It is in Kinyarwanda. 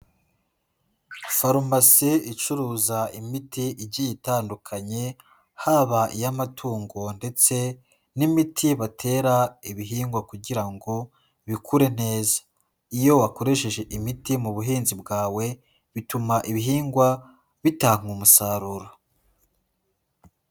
Pharmacy icuruza imiti igiye itandukanye haba iy'amatungo ndetse n'imiti batera ibihingwa kugira ngo bikure neza, iyo wakoresheje imiti mu buhinzi bwawe bituma ibihingwa bitanga umusaruro.